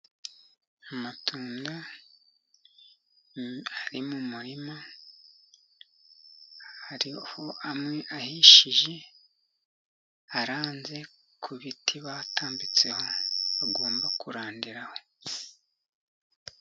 Amatunda ari mu murima, hariho amwe ahishije aranze ku biti batambitseho, agomba kurandiraho.